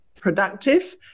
productive